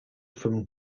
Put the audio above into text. from